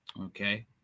okay